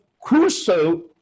crucial